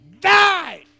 Die